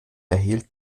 erhielt